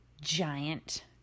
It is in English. giant